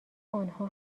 آنها